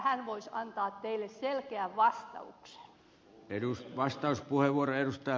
hän voisi antaa teille selkeän vastauksen